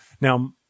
Now